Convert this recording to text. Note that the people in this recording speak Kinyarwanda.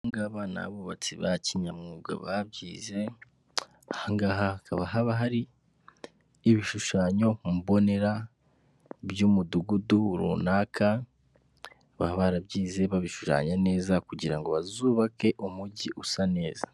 Abangaba ni abubatsi ba kinyamwuga babyize, ahangaha hakaba haba hari ibishushanyo mbonera by'umudugudu runaka, baba barabyize babishushanya neza kugira ngo bazubake umugi usa neza.